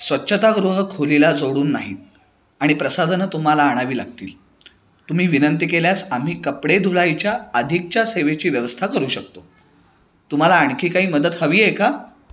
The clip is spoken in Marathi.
स्वच्छतागृह खोलीला जोडून नाही आणि प्रसाधनं तुम्हाला आणावी लागतील तुम्ही विनंती केल्यास आम्ही कपडे धुलाईच्या अधिकच्या सेवेची व्यवस्था करू शकतो तुम्हाला आणखी काही मदत हवी आहे का